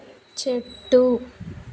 చెట్టు